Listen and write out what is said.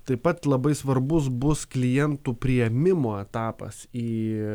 taip pat labai svarbus bus klientų priėmimo etapas į